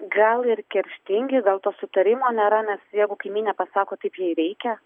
gal ir kerštingi gal to sutarimo nėra nes jeigu kaimynė pasako taip jai reikia